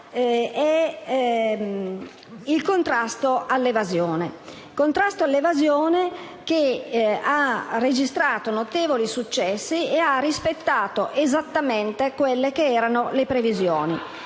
il contrasto all'evasione che ha registrato notevoli successi e ha rispettato esattamente le previsioni.